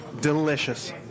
Delicious